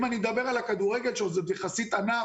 אם אני מדבר על הכדורגל, שזה עוד יחסית ענף